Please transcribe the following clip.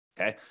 okay